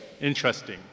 Interesting